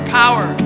power